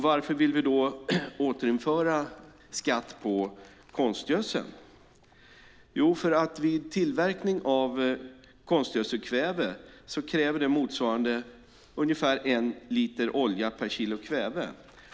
Varför vill vi då återinföra skatt på konstgödsel? Jo, tillverkningen av konstgödselkväve kräver motsvarande en liter olja per kilo kväve.